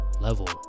level